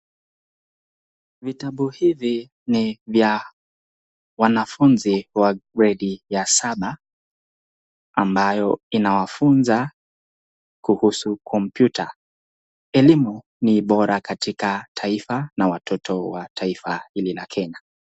Vitabu hivi ni vya wanafunzi wa gredi ya Saba ambayo inawafunza kuhusu computer , elimu ni bora Katika taifa na watoto wa taifa hili la Kenya.